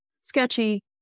sketchy